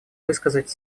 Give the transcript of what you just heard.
высказать